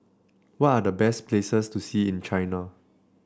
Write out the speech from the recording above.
what are the best places to see in China